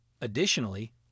Additionally